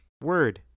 word